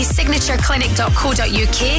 SignatureClinic.co.uk